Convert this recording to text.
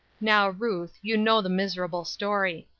now, ruth, you know the miserable story.